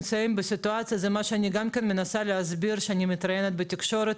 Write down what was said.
משרד החוץ לא עושה בדיקות?